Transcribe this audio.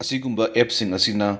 ꯑꯁꯤꯒꯨꯝꯕ ꯑꯦꯞꯁꯤꯡ ꯑꯁꯤꯅ